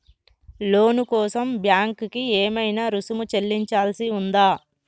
లోను కోసం బ్యాంక్ కి ఏమైనా రుసుము చెల్లించాల్సి ఉందా?